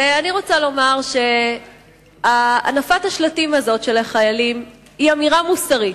אני רוצה לומר שהנפת השלטים הזו של החיילים היא אמירה מוסרית.